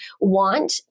want